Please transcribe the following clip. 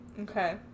Okay